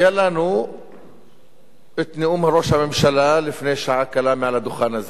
היה לנו נאום ראש הממשלה לפני שעה קלה מעל הדוכן הזה,